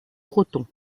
proton